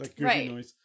Right